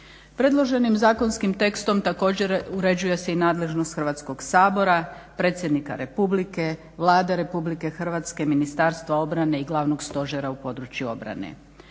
Predloženim zakonskim tekstom također uređuje se i nadležnost Hrvatskog sabora, Predsjednika Republike, Vlade Republike Hrvatske, Ministarstva obrane i Glavnog stožera u području obrane.